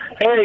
Hey